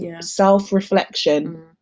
self-reflection